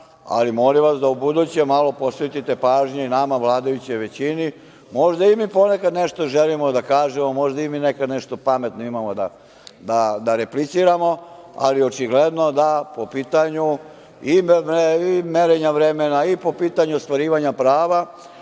ali molim vas da ubuduće malo posvetite pažnje i nama vladajućoj većini, možda i mi ponekad nešto želimo da kažemo, možda i mi nekada pametno imamo da repliciramo, ali očigledno da po pitanju i merenja vremena i po pitanju ostvarivanja prava,